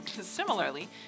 Similarly